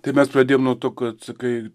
tai mes pradėjom nuo to kad sakai